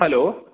hello